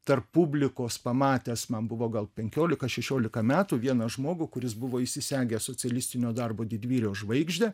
tarp publikos pamatęs man buvo gal penkiolika šešiolika metų vieną žmogų kuris buvo įsisegęs socialistinio darbo didvyrio žvaigždę